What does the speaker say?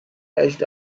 edged